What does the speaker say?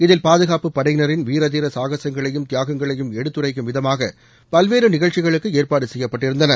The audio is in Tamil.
இதில் பாதுகாப்புப் படையினரின் வீர தீர சாகசகங்களையும் தியாகங்களையும் எடுத்துரைக்கும் விதமாக பல்வேறு நிகழ்ச்சிகளுக்கு ஏற்பாடு செய்யப்பட்டிருந்தன